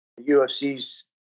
UFC's